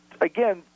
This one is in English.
again